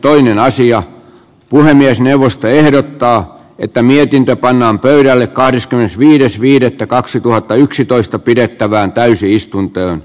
toinen asia se puhemiesneuvosto ehdottaa että mietintö pannaan pöydälle kahdeskymmenesviides viidettä varapuhemies anssi joutsenlahti